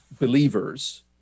believers